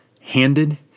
handed